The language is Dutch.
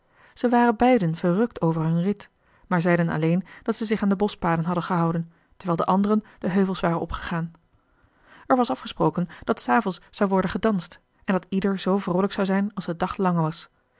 ze waren beiden verrukt over hun rit maar zeiden alleen dat zij zich aan de boschpaden hadden gehouden terwijl de anderen de heuvels waren opgegaan er was afgesproken dat s avonds zou worden gedanst en dat ieder zoo vroolijk zou zijn als de dag lang was